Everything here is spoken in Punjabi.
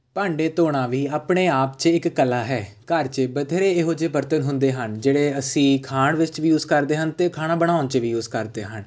ਭਾਂਡੇ ਧੋਣਾ ਵੀ ਆਪਣੇ ਆਪ 'ਚ ਇੱਕ ਕਲਾ ਹੈ ਘਰ 'ਚ ਬਥੇਰੇ ਇਹੋ ਜਿਹੇ ਬਰਤਨ ਹੁੰਦੇ ਹਨ ਜਿਹੜੇ ਅਸੀਂ ਖਾਣ ਵਿੱਚ ਵੀ ਯੂਜ ਕਰਦੇ ਹਨ ਅਤੇ ਖਾਣਾ ਬਣਾਉਣ 'ਚ ਵੀ ਯੂਜ ਕਰਦੇ ਹਨ